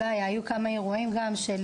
היו כמה אירועים גם של,